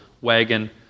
wagon